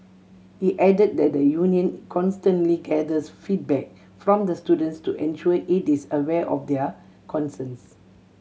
he added that the union constantly gathers feedback from the students to ensure it is aware of their concerns